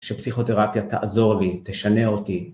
שפסיכותרפיה תעזור לי, תשנה אותי.